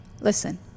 Listen